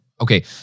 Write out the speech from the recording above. Okay